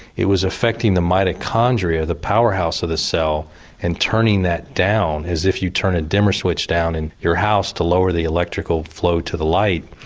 it was affecting the mitochondria, the powerhouse of the cell and turning that down as if you turn a dimmer switch down in your house to lower the electrical flow to the light.